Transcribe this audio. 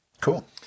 Cool